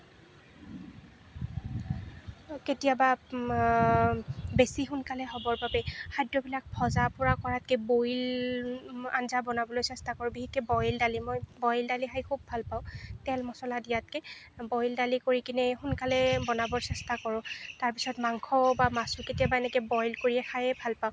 কেতিয়াবা বেছি সোনকালে হ'বৰ বাবে খাদ্যবিলাক ভজা পোৰা কৰাতকৈ বইল আঞ্জা বনাবলৈ চেষ্টা কৰোঁ বিশেষকৈ বইল দালি মই বইল দালি খাই খুব ভাল পাওঁ তেল মছলা দিয়াতকৈ বইল দালি কৰি কেনে সোনকালে বনাব চেষ্টা কৰোঁ তাৰপিছত মাংস বা মাছো কেতিয়াবা এনেকৈ বইল কৰিয়ে খাই ভাল পাওঁ